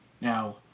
Now